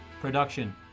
production